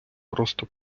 просто